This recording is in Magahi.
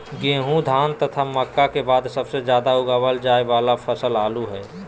गेहूं, धान तथा मक्का के बाद सबसे ज्यादा उगाल जाय वाला फसल आलू हइ